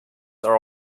are